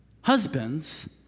Husbands